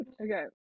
Okay